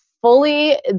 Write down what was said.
fully